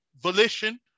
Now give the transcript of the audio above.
volition